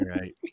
Right